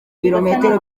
bilometero